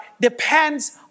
depends